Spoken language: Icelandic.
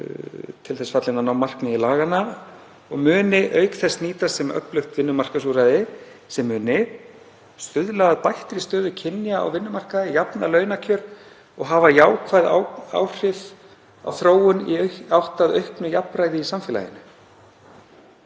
til þess fallin að ná fram markmiði laganna […] og muni auk þess nýtast sem öflugt vinnumarkaðsúrræði sem muni stuðla að bættri stöðu kynja á vinnumarkaði, jafna launakjör og hafa jákvæð áhrif á þróun í átt að auknu jafnræði í samfélaginu.“